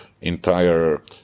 entire